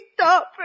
Stop